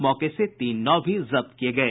मौके से तीन नाव भी जब्त किये गये